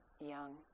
young